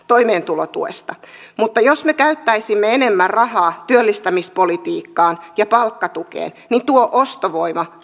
toimeentulotuesta mutta jos me käyttäisimme enemmän rahaa työllistämispolitiikkaan ja palkkatukeen niin tuo ostovoima